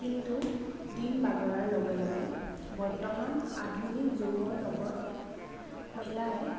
কিন্তু দিন বাগৰাৰ লগে লগে বৰ্তমান আধুনিক যুগৰ লগত মিলাই